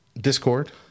Discord